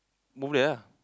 move there ah